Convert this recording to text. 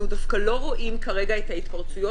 אנחנו דווקא לא רואים כרגע את ההתפרצויות